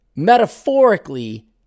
metaphorically